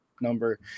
number